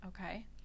okay